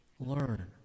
learn